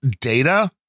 data